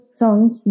songs